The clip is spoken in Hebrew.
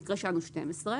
במקרה שלנו 12,